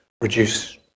reduce